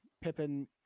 Pippin